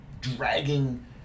dragging